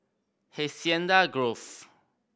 Hacienda Grove